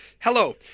Hello